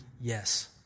yes